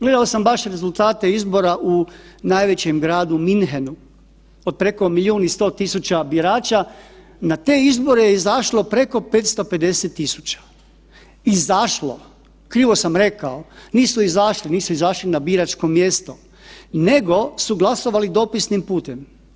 Gledao sam baš rezultate izbora u najvećem gradu Munchenu od preko milijun i 100 000 birača, na te izbore je izašlo preko 550 000, izašlo, krivo samo rekao, nisu izašli, nisu izašli na biračko mjesto nego su glasovali dopisnim putem.